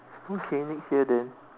okay next year then